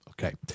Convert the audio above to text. Okay